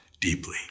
deeply